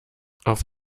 auf